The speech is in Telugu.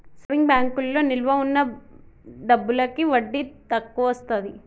సేవింగ్ బ్యాంకులో నిలవ ఉన్న డబ్బులకి వడ్డీ తక్కువొస్తది